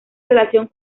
relación